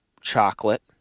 chocolate